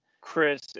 chris